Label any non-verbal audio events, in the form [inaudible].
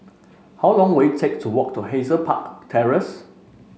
how long will it take to walk to Hazel Park [noise] Terrace